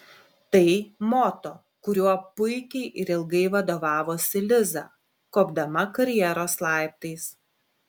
tai moto kuriuo puikiai ir ilgai vadovavosi liza kopdama karjeros laiptais